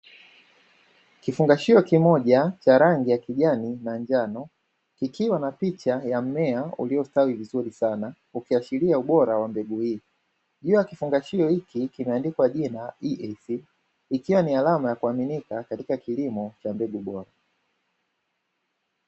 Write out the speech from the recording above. Kifungashio kimoja cha rangi ya kijani na njano kikiwa na picha ya mmea uliostawi vizuri sana ukiashiria ubora wa mbegu hii, juu ya kifungashio hiki kimeandikwa jina "EASEED" ikiwa ni alama ya kuaminika katika kilimo cha mbegu bora.